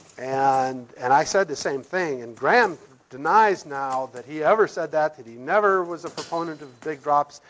and and i said the same thing. and graeme denies now that he ever said that, that he never was a proponent of big drops.